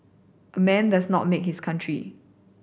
a man does not make is a country